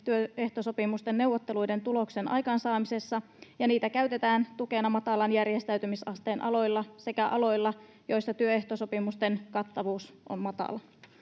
työehtosopimusten neuvotteluiden tuloksen aikaansaamisessa, ja niitä käytetään tukena matalan järjestäytymisasteen aloilla sekä aloilla, joilla työehtosopimusten kattavuus on matala.